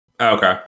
Okay